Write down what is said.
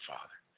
Father